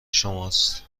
شماست